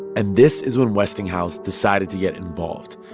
and this is when westinghouse decided to get involved,